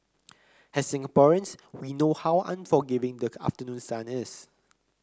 as Singaporeans we know how unforgiving the afternoon sun is